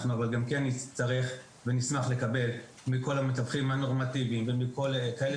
אנחנו גם כן נצטרך ונשמח לקבל מכל המתווכים הנורמטיביים ומכאלה